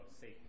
Safe